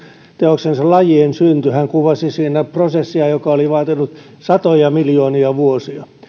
teoksensa lajien synty hän kuvasi siinä prosessia joka oli vaatinut satoja miljoonia vuosia